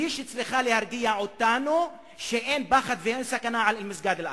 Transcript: היא שצריכה להרגיע אותנו שאין פחד ואין סכנה על מסגד אל-אקצא.